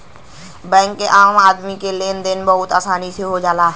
bank से आम आदमी क लेन देन में बहुत आसानी हो जाला